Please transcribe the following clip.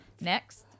next